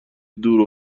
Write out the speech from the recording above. دور